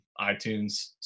iTunes